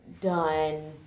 done